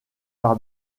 par